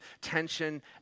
tension